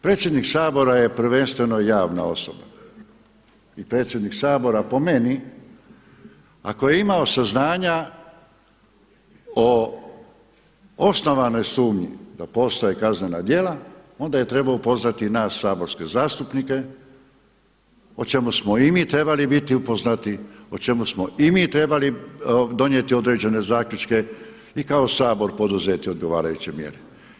Predsjednik Sabora je prvenstveno javna osoba i predsjednik Sabora po meni ako je imao saznanja o osnovanoj sumnji da postoje kaznena djela onda je trebao upoznati i nas saborske zastupnike o čemu smo i mi trebali biti upoznati, o čemu smo i mi donijeti određene zaključke i kao Sabor poduzeti odgovarajuće mjere.